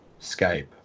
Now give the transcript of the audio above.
Skype